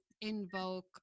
invoke